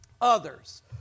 Others